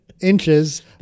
inches